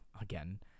again